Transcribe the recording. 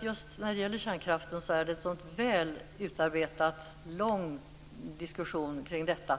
Just när det gäller kärnkraften tycker jag att detta, efter en så pass lång diskussion som det har varit,